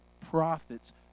prophet's